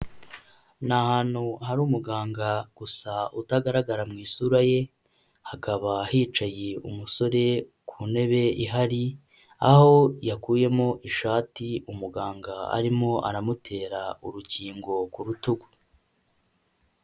Ni ahantu hari umuganga gusa utagaragara mu isura ye, hakaba hicaye umusore ku ntebe ihari aho yakuyemo ishati umuganga arimo aramutera urukingo ku rutugu.